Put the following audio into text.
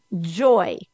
joy